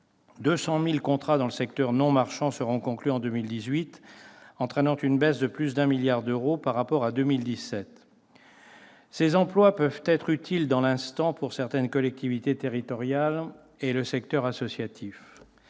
200 000 contrats dans le secteur non marchand seront conclus en 2018, entraînant une baisse de plus de 1 milliard d'euros par rapport à 2017. Ces emplois peuvent s'avérer utiles dans l'instant pour certaines collectivités territoriales et pour le secteur associatif.